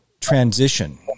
transition